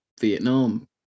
vietnam